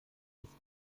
ist